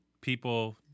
people